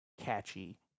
catchy